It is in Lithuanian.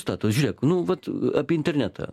stato žiūrėk nu vat apie internetą